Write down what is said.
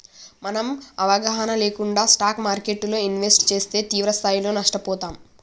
మనం అవగాహన లేకుండా స్టాక్ మార్కెట్టులో ఇన్వెస్ట్ చేస్తే తీవ్రస్థాయిలో నష్టపోతాం